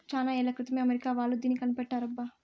చానా ఏళ్ల క్రితమే అమెరికా వాళ్ళు దీన్ని కనిపెట్టారబ్బా